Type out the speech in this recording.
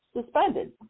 suspended